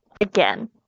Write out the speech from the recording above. again